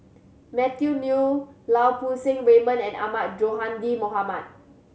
Matthew Ngui Lau Poo Seng Raymond and Ahmad Sonhadji Mohamad